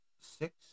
Six